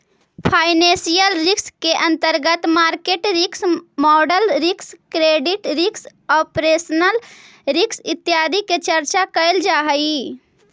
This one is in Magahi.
फाइनेंशियल रिस्क के अंतर्गत market risk, model risk, credit risk, operational risk इत्यादि के चर्चा कैल जा हई